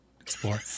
explore